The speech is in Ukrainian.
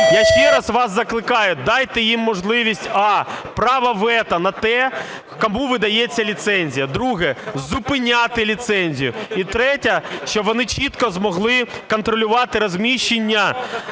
я ще раз вас закликаю, дайте їм можливість: а) право вето на те, кому видається ліцензія. Друге – зупиняти ліцензію. І третє – щоб вони чітко змогли контролювати розміщення